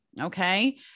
Okay